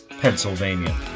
Pennsylvania